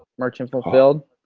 merchant fulfilled.